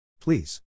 Please